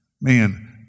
Man